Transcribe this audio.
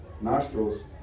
nostrils